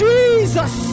Jesus